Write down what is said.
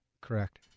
Correct